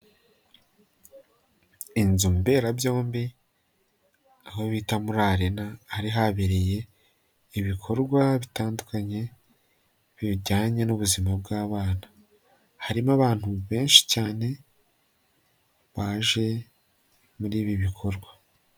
Inzu mberabyombi, aho bita muri Arena, hari habereye ibikorwa bitandukanye bijyanye n'ubuzima bw'abana, harimo abantu benshi cyane, baje muri ibi bikorwa.